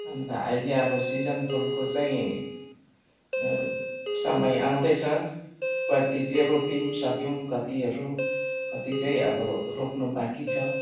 अन्त अहिले अब सिजन फुलको चाहिँ समय आउँदैछ कति चाहिँ रोपि पनि सक्यौँ कतिहरू कति चाहिँ अब रोप्नु बाँकी छ